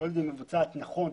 שאם היא מתבצעת נכון,